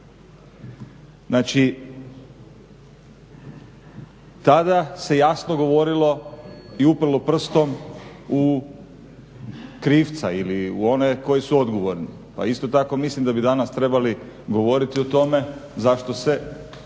Znači, tada se jasno govorilo i uprlo prstom u krivca ili u one koji su odgovorni, pa isto tako mislim da bi danas trebali govoriti o tome zašto se